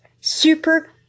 Super